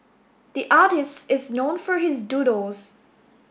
the artist is known for his doodles